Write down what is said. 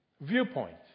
viewpoint